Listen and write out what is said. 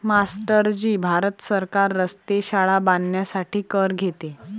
master ji Bharat सरकार रस्ते, शाळा बांधण्यासाठी कर घेते